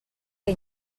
que